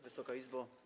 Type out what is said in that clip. Wysoka Izbo!